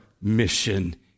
mission